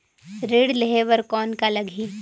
ऋण लेहे बर कौन का लगही?